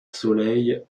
soleil